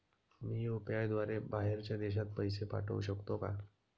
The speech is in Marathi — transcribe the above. मी यु.पी.आय द्वारे बाहेरच्या देशात पैसे पाठवू शकतो का?